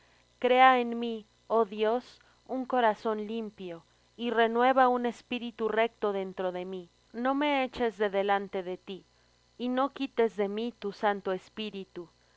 crea en mí oh dios un corazón limpio y renueva un espíritu recto dentro de mí no me eches de delante de ti y no quites de mí tu santo espíritu